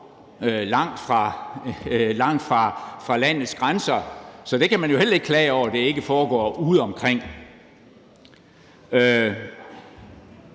langt fra landets grænser. Så der kan man jo heller ikke klage over, at det ikke foregår udeomkring.